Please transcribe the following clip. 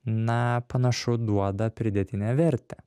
na panašu duoda pridėtinę vertę